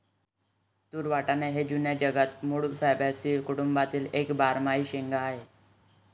तूर वाटाणा हे जुन्या जगाच्या मूळ फॅबॅसी कुटुंबातील एक बारमाही शेंगा आहे